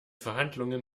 verhandlungen